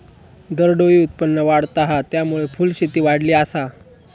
दरडोई उत्पन्न वाढता हा, त्यामुळे फुलशेती वाढली आसा